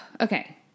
Okay